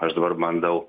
aš dabar bandau